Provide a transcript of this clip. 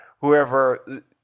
Whoever